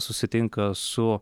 susitinka su